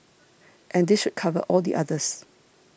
and this should cover all the others